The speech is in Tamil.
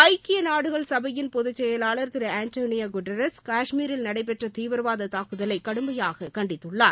ஐக்கிய நாடுகள் சபையின் பொதுச் செயலாளர் திரு ஆண்டளியோ குட்ரஸ் காஷ்மீரில் நடைபெற்ற தீவிரவாத தாக்குதலை கடுமையாக கண்டித்துள்ளார்